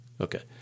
Okay